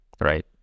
right